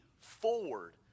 forward